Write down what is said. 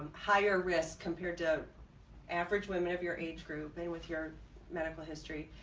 higher risk compared to average women of your age group in with your medical history.